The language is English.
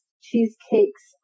cheesecakes